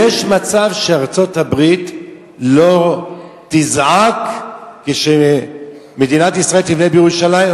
יש מצב שארצות-הברית לא תזעק כשמדינת ישראל תבנה בירושלים?